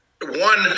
One